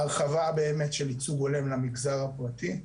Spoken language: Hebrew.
ההרחבה באמת של ייצוג הולם למגזר הפרטי,